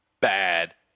bad